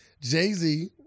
Jay-Z